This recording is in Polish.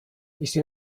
jeśli